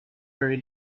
very